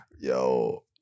yo